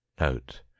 Note